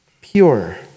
pure